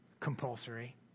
Compulsory